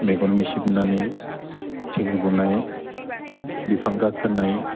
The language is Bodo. मेगन मेसेबनानै थिं बुनाय बिफां गाखोनाय